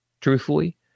truthfully